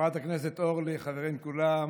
חברת הכנסת אורלי, חברים כולם,